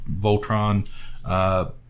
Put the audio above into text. Voltron